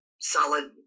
solid